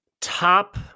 top